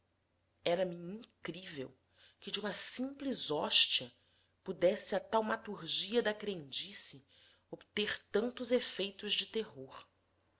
ai jesus era-me incrível que de uma simples hóstia pudesse a taumaturgia da crendice obter tantos efeitos de terror